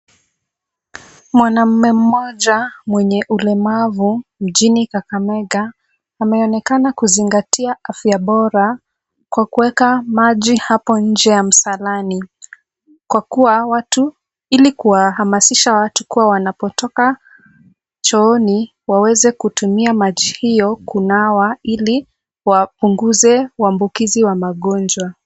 Mwanaume mmoja mwenye ulemavu mjini kakamega ameonekana kuzingatia afya bora kwa kuweka maji hapo nje ya msalani kwa kuwa ili kuwahamasisha watu kuwa wanapotoka chooni waweze kutumia maji hiyo kunawa ili wapunguze uambukizi wa magonjwa.